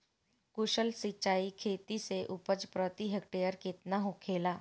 कुशल सिंचाई खेती से उपज प्रति हेक्टेयर केतना होखेला?